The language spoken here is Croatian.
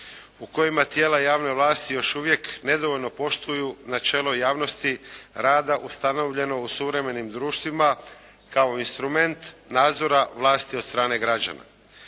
u kojima tijela javne vlasti još uvijek nedovoljno poštuju načelo javnosti rada ustanovljeno u suvremenim društvima kao instrument nadzora vlasti od strane građana.